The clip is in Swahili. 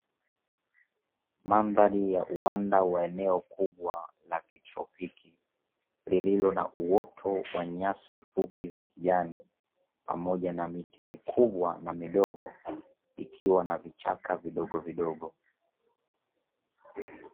Mandhari ya uwanda wa eneo kubwa la kitropiki, lililo na uoto wa nyasi fupi za kijani pamoja na miti mikubwa na midogo ikiwa na vichaka vidogovidogo.